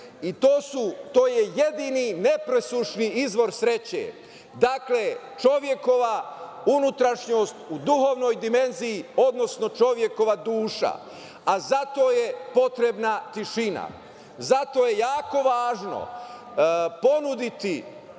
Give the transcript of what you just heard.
sreće. To je jedini nepresušni izvor sreće, dakle, čovekova unutrašnjost u duhovnoj dimenziji, odnosno čovekova duša, a za to je potrebna tišina. Zato je jako važno ponuditi